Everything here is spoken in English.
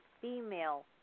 female